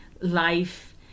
life